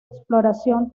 exploración